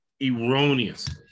erroneously